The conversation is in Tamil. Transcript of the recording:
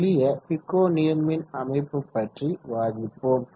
எளிய பிகோ நீர்மின் அமைப்பு பற்றி விவாதிப்போம்